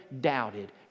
doubted